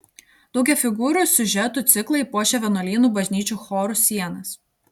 daugiafigūrių siužetų ciklai puošė vienuolynų bažnyčių chorų sienas